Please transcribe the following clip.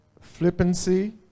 flippancy